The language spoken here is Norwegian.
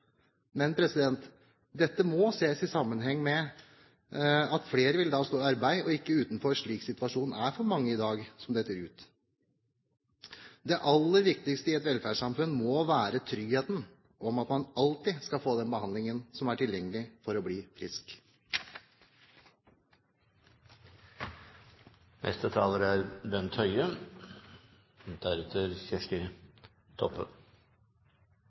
Men dette må ses i sammenheng med at flere da ville stå i arbeid og ikke utenfor, slik situasjonen i dag er for mange som faller ut. Det aller viktigste i et velferdssamfunn må være trygghet for at man alltid skal få den behandlingen som er tilgjengelig, for å bli